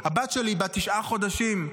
הבת לי בת תשעת החודשים,